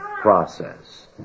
process